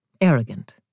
arrogant